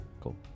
Cool